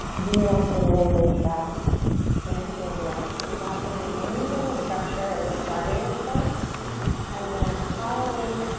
veer off the railroad tracks when it feels right, so that means using the structure as a starting point and then following